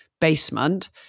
basement